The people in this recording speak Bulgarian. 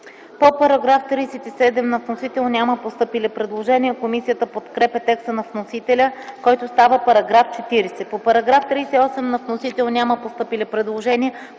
По § 37 на вносителя няма постъпили предложения. Комисията подкрепя текста на вносителя, който става § 40. По § 38 на вносителя няма постъпили предложения.